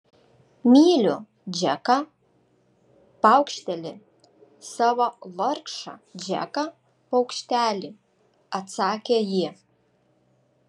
myliu džeką paukštelį savo vargšą džeką paukštelį atsakė ji